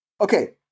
Okay